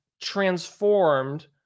transformed